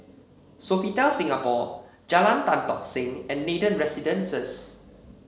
Sofitel Singapore Jalan Tan Tock Seng and Nathan Residences